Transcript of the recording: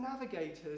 Navigators